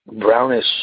brownish